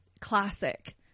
classic